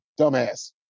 Dumbass